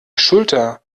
schulter